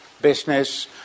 business